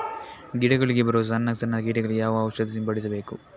ಗಿಡಗಳಿಗೆ ಬರುವ ಸಣ್ಣ ಸಣ್ಣ ಕೀಟಗಳಿಗೆ ಯಾವ ಔಷಧ ಸಿಂಪಡಿಸಬೇಕು?